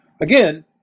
again